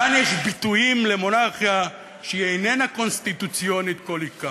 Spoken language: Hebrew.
כאן יש ביטויים למונרכיה שהיא איננה קונסטיטוציונית כל עיקר.